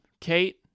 Kate